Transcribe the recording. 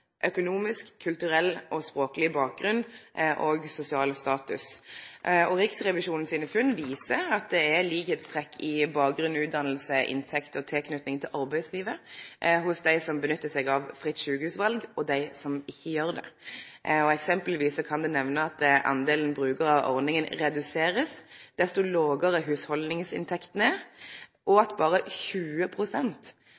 økonomisk, kulturell og språkleg bakgrunn og sosial status. Riksrevisjonen sine funn viser at det er likheitstrekk i bakgrunn, utdanning, inntekt og tilknyting til arbeidslivet hos dei som nyttar seg av ordninga med fritt sjukehusval, og dei som ikkje gjer det. For eksempel kan ein nemne at delen brukarar av ordninga blir redusert desto lågare hushaldningsinntekta er, og